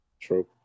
True